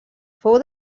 fou